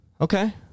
Okay